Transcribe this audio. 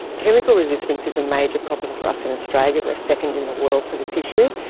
chemical resistance is a major problem for us in australia. we are second in the world for this issue.